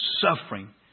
suffering